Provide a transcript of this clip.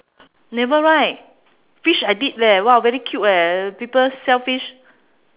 never right fish I did leh !wow! very cute leh people sell fish